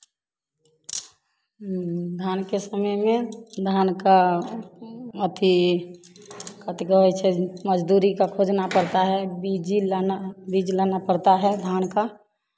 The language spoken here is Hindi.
धान के समय में धान का अथी कथी कई छ मज़दूरी का खोजना पड़ता है बीजी लाना बीज लाना पड़ता है धान का